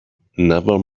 never